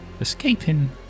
escaping